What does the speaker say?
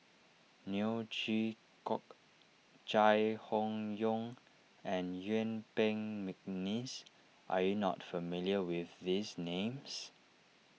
Neo Chwee Kok Chai Hon Yoong and Yuen Peng McNeice are you not familiar with these names